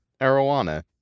arowana